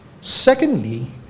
Secondly